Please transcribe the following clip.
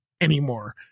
anymore